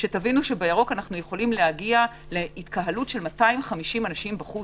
בירוק אנחנו יכולים להגיע להתקהלות של 250 אנשים בחוץ.